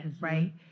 right